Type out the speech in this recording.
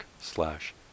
slash